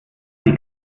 die